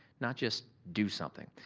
not just do something.